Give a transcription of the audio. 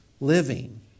living